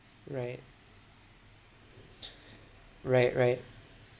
right right right